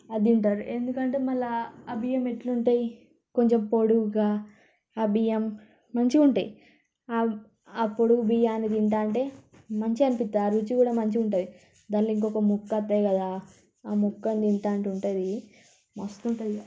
అది తింటారు ఎందుకంటే మళ్ళా ఆ బియ్యం ఎట్లుంటాయి కొంచెం పొడవుగా ఆ బియ్యం మంచిగుంటాయి పొడుగు బియ్యాన్ని తింటుంటే మంచిగా అనిపిస్తుంది ఆ రుచి కూడా మంచిగుంటుంది దాంట్లో ఇంకా ముక్కొస్తాయి కదా ఆ ముక్కలు తింటుంటే ఉంటుంది మస్తుంటుందిక